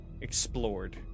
explored